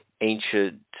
ancient